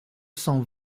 cent